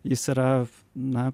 jis yra na